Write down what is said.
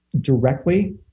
directly